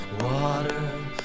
Water